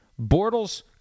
Bortles